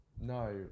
No